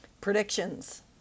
Predictions